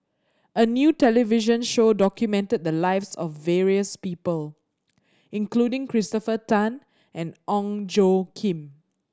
a new television show documented the lives of various people including Christopher Tan and Ong Tjoe Kim